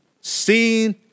seen